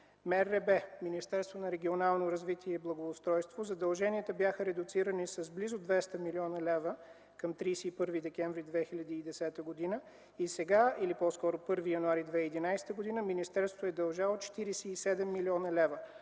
МРРБ – Министерството на регионалното развитие и благоустройството – задълженията бяха редуцирани с близо 200 млн. лв. към 31 декември 2010 г. Сега, или по-скоро към 1 януари 2011 г., министерството е дължало 47 млн. лв.